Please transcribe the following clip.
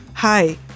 Hi